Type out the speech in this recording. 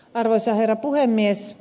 arvoisa herra puhemies